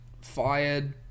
fired